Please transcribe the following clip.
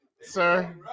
sir